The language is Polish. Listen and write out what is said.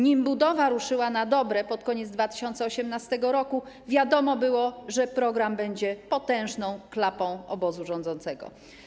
Nim budowa ruszyła na dobre pod koniec 2018 r., wiadomo było, że program będzie potężną klapą obozu rządzącego.